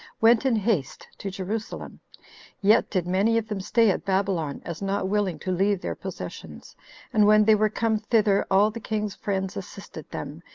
went in haste to jerusalem yet did many of them stay at babylon, as not willing to leave their possessions and when they were come thither, all the king's friends assisted them,